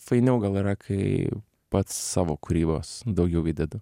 fainiau gal yra kai pats savo kūrybos daugiau įdedu